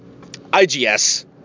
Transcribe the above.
IGS